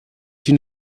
une